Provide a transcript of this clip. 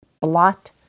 blot